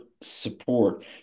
support